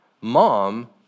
Mom